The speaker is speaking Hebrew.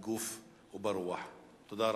לא קוראים לי עפו אגבאריה, כנראה.